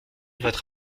votre